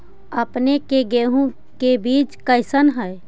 अपने के गेहूं के बीज कैसन है?